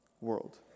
world